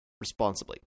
responsibly